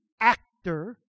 actor